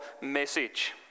message